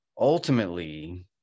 ultimately